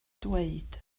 dweud